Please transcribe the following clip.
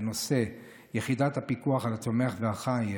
בנושא יחידת הפיקוח על הצומח והחי,